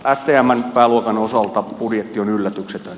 stmn pääluokan osalta budjetti on yllätyksetön